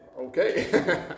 Okay